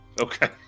Okay